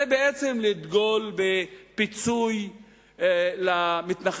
זה בעצם לדגול בפיצוי למתנחלים,